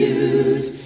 use